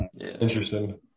Interesting